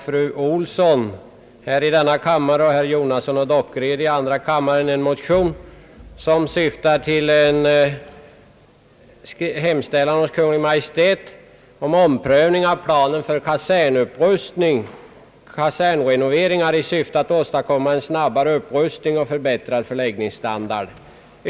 Fru Olsson och jag i denna kammare och herrar Jonasson och Dockered i andra kammaren har väckt en motion som syf tar till att hos Kungl. Maj:t hemställa om en omprövning av planen för kasernrenoveringar för att åstadkomma en snabbare upprustning och en förbättrad förläggningsstandard för värnpliktiga.